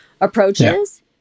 approaches